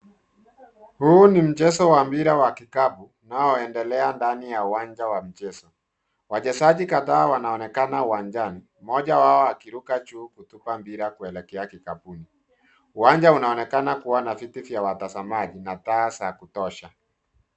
Huu ni mchezo wa mpira wa kikapu unaoendelea ndani ya uwanja wa mchezo. Wachezaji kadhaa wanaonekana uwanjani, mmoja wao akiruka juu kutupa mpira kuelekea kikapuni. Uwanja unaonekana kuwa na viti vya watazamaji na taa za kutosha.